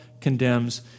condemns